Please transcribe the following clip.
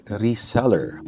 reseller